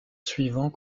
suivant